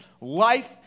Life